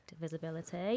visibility